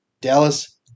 Dallas